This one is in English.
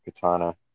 Katana